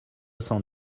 cent